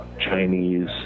Chinese